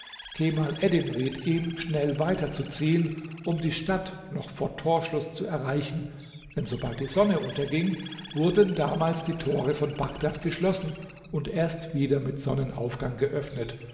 kemal eddin riet ihm schnell weiterzuziehen um die stadt noch vor torschluß zu erreichen denn sobald die sonne unterging wurden damals die tore von bagdad geschlossen und erst wieder mit sonnenaufgang geöffnet